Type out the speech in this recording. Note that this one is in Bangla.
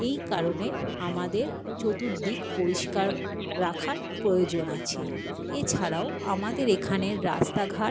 এই কারণে আমাদের চতুর্দিক পরিষ্কার রাখার প্রয়োজন আছে এছাড়াও আমাদের এখানের রাস্তাঘাট